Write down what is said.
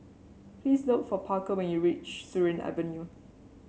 please look for Parker when you reach Surin Avenue